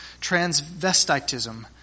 transvestitism